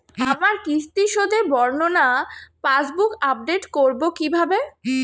আমার কিস্তি শোধে বর্ণনা পাসবুক আপডেট করব কিভাবে?